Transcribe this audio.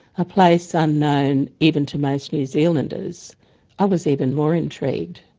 a place unknown even to most new zealanders, i was even more intrigued.